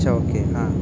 अच्छा ओके हां